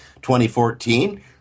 2014